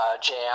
jam